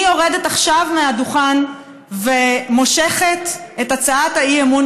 אני יורדת עכשיו מהדוכן ומושכת את הצעת האי-אמון